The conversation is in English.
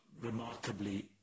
remarkably